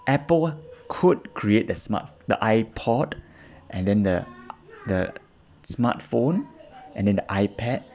Apple could create the smart the iPod and then the the smartphone and then iPad